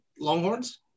Longhorns